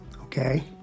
okay